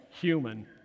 human